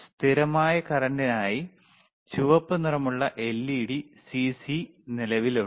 സ്ഥിരമായ കറന്റിനായി ചുവപ്പ് നിറമുള്ള LED CC നിലവിലുണ്ട്